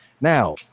Now